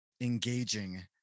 engaging